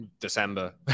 December